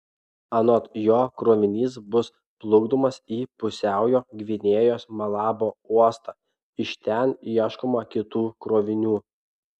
anot jo krovinys bus plukdomas į pusiaujo gvinėjos malabo uostą iš ten ieškoma kitų krovinių